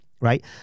right